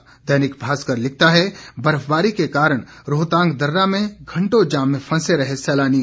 जबकि दैनिक भास्कर लिखता है बर्फबारी के कारण रोहतांग दर्रा में घंटों जाम में फंसे रहे सैलानी